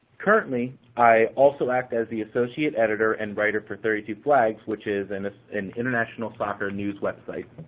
currently, i also act as the associate editor and writer for thirty two flags, which is and is an international soccer news website.